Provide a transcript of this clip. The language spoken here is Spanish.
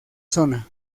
zona